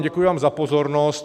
Děkuji vám za pozornost.